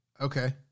Okay